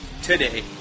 Today